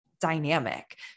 dynamic